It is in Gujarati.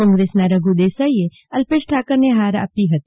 કોંગ્રેસના રધુ દેસાઈએ અલ્પેશ ઠાકોરને હાર આપી હતી